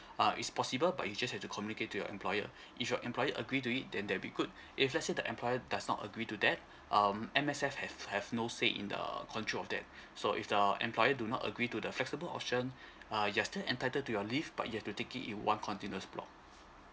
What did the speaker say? uh it's possible but you just have to communicate to your employer if your employer agree to it then that'll be good if let's say the employer does not agree to that um M_S_F have have no say in the control of that so if the employer do not agree to the flexible option uh you're still entitled to your leave but you've to take it in one continuous block